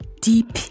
deep